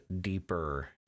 deeper